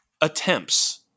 attempts